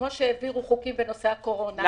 כמו שעשו חוקים בנושא הקורונה, גם את זה.